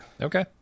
Okay